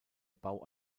bau